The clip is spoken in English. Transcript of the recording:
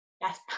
Yes